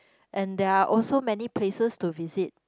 and there are also many places to visit